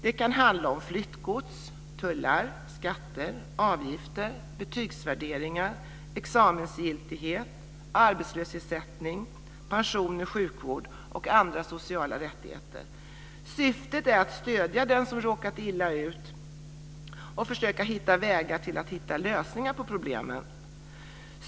Det kan handla om flyttgods och tullar, om skatter och avgifter, om betygsvärdering och examensgiltighet, om arbetslöshetsersättning, pensioner, sjukvård och andra sociala rättigheter. Syftet är att stödja den som råkat illa ut och försöka hitta vägar att lösa problemen.